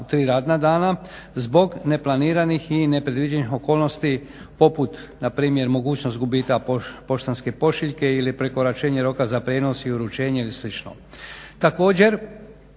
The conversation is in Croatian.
zbog neplaniranih i nepredviđenih okolnosti poput npr. mogućnost gubitka poštanske pošiljke ili prekoračenja roka za prijenos i uručenje ili slično. Također